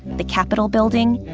the capitol building,